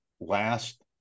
last